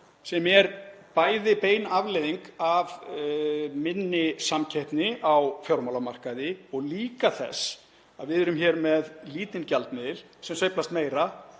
sem er bein afleiðing af minni samkeppni á fjármálamarkaði og líka þess að við erum hér með lítinn gjaldmiðil sem sveiflast meira